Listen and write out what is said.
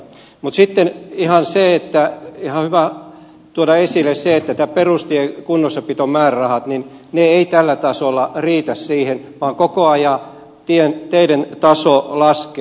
mutta sitten on ihan hyvä tuoda esille se että nämä teiden peruskunnossapitomäärärahat eivät tällä tasolla riitä vaan koko ajan teiden taso laskee